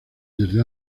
desde